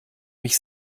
mich